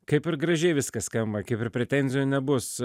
kaip ir gražiai viskas skamba kaip ir pretenzijų nebus